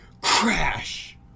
crash